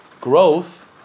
growth